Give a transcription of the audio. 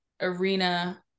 arena